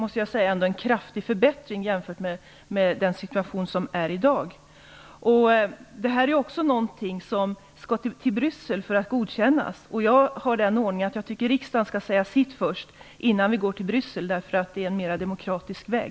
Det är en kraftig förbättring jämfört med situationen i dag. Det här är också en fråga som vi skall gå till Bryssel med för att få godkänd. Jag vill ha den ordningen att riksdagen skall säga sitt först, innan vi går till Bryssel. Det är en mer demokratisk väg.